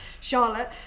Charlotte